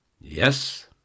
Yes